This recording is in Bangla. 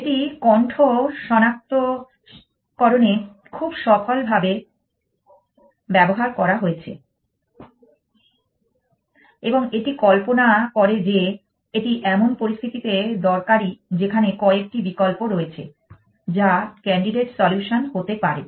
এটি কন্ঠ সনান্তকরণে খুব সফলভাবে ব্যবহার করা হয়েছে এবং এটি কল্পনা করে যে এটি এমন পরিস্থিতিতে দরকারী যেখানে কয়েকটি বিকল্প রয়েছে যা ক্যান্ডিডেট সলিউশন হতে পারে